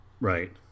right